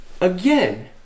Again